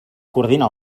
coordina